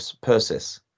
Persis